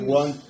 one